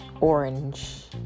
orange